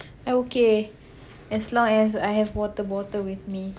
I okay as long as I have water bottle with me